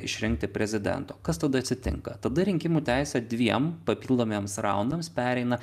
išrinkti prezidento kas tada atsitinka tada rinkimų teisę dviem papildomiems raundams pereina